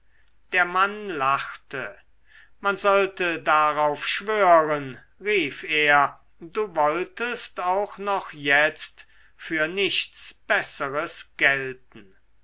der mann lachte man sollte darauf schwören rief er du wolltest auch noch jetzt für nichts besseres gelten